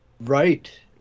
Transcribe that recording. Right